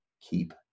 keep